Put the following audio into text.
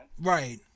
Right